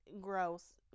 gross